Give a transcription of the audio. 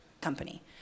company